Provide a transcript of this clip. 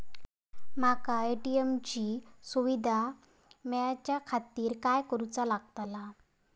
माका ए.टी.एम ची सुविधा मेलाच्याखातिर काय करूचा लागतला?